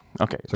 Okay